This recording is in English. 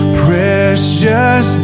precious